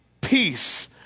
peace